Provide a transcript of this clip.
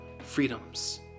freedoms